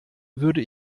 würde